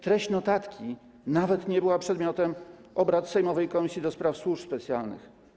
Treść notatki nawet nie była przedmiotem sejmowej Komisji do Spraw Służb Specjalnych.